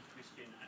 Christian